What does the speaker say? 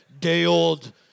day-old